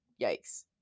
yikes